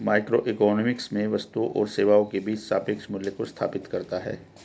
microeconomics में वस्तुओं और सेवाओं के बीच सापेक्ष मूल्यों को स्थापित करता है